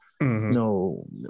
No